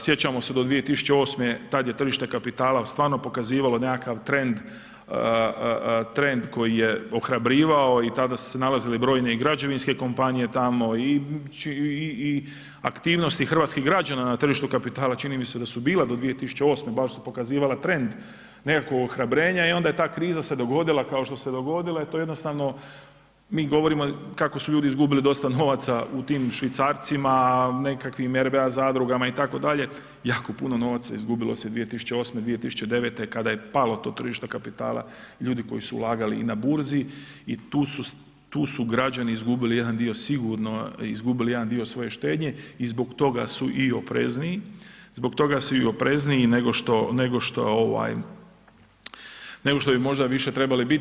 Sjećamo se do 2008. tada je tržišta kapitala stvarno pokazivalo nekakav trend koji je ohrabrivao i tada su se nalazile i brojne građevinske kompanije tamo i aktivnosti hrvatskih građana na tržištu kapitala čini mi se da su bile do 2008. baš su pokazivale trend nekakvo ohrabrenje i onda se ta kriza dogodila kao što se dogodila i to jednostavno mi govorimo kako su ljudi izgubili dosta novaca u tim švicarcima, nekakvim RBA zadrugama itd. jako puno novaca izgubilo se 2008.-2009. kada je palo to tržište kapitala i ljudi koji su ulagali i na burzi i tu su građani izgubili jedan dio sigurni izgubili jedan dio svoje štednje i zbog toga su i oprezniji nego što bi možda više trebali biti.